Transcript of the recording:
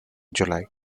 july